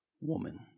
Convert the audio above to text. woman